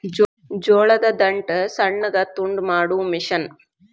ಜೋಳದ ದಂಟ ಸಣ್ಣಗ ತುಂಡ ಮಾಡು ಮಿಷನ್